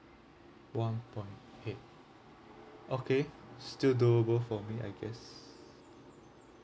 one point eight okay still doable for me I guess